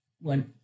one